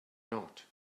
not